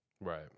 Right